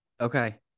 Okay